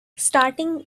starting